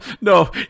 no